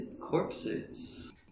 corpses